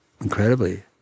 incredibly